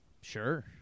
sure